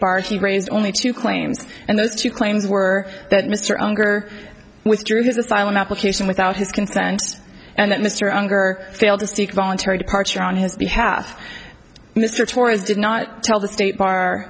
bar she raised only two claims and those two claims were that mr unger withdrew his asylum application without his consent and that mr unger failed to seek voluntary departure on his behalf mr torres did not tell the state bar